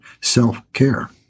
self-care